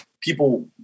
people